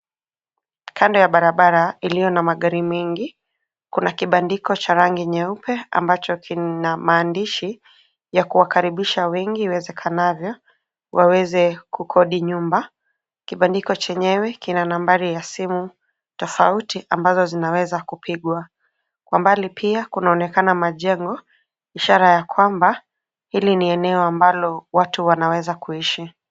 Kando ya barabara iliyo na magari mengi, kuna kibandiko cha rangi nyeupe ambacho kina maandishi ya kuwakaribisha wengi iwezekanavyo waweze kukodi nyumba. Kibandiko chenyewe kina nambari ya simu tofauti ambazo zinaweza kupigwa. Kwa mbali pia kuna majengo, ishara ya kwamba hili ni eneo ambalo watu wanaweza kuishi.